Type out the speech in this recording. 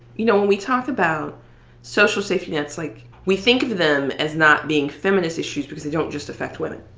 you know, when we talk about social safety nets, like, we think of them as not being feminist issues because they don't just affect women.